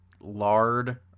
lard